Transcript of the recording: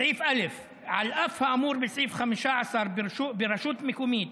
סעיף (א): "על האף האמור בסעיף 15, ברשות מקומית